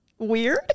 weird